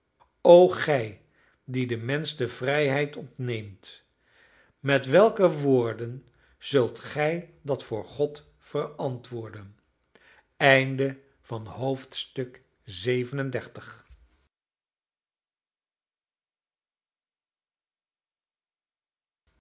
gij die den mensch de vrijheid ontneemt met welke woorden zult gij dat voor god verantwoorden acht en dertigste